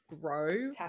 grow